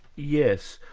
yes.